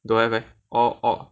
don't have meh orh orh